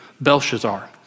Belshazzar